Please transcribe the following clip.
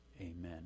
Amen